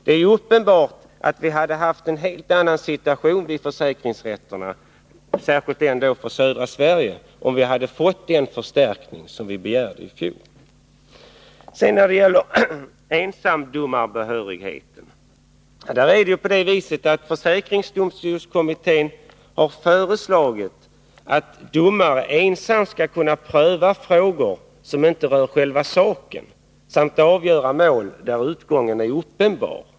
Det är uppenbart att vi hade haft en helt annan situation vid försäkringsrätterna, särskilt då vid försäkringsrätten för Södra Sverige, om vi hade fått den förstärkning som vi begärde i fjol. När det gäller ensamdomarbehörigheten är det på det viset att försäkringsdomstolskommittén har föreslagit att domare ensam skall kunna pröva frågor som inte rör själva saken samt avgöra mål där utgången är uppenbar.